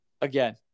again